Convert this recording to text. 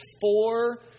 four